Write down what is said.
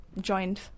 joined